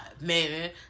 man